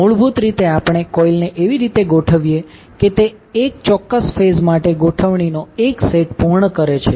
મૂળભૂત રીતે આપણે કોઇલને એવી રીતે ગોઠવીએ કે તે 1 ચોક્કસ ફેઝ માટે ગોઠવણીનો 1 સેટ પૂર્ણ કરે છે